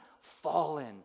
fallen